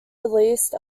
released